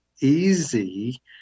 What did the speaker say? easy